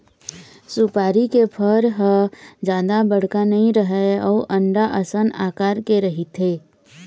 सुपारी के फर ह जादा बड़का नइ रहय अउ अंडा असन अकार के रहिथे